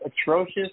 atrocious